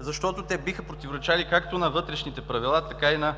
защото те биха противоречали както на вътрешните правила, така и на